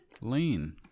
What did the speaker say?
Lean